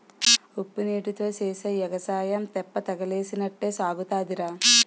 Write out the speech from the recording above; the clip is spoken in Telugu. ఉప్పునీటీతో సేసే ఎగసాయం తెప్పతగలేసినట్టే సాగుతాదిరా